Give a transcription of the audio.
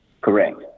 Correct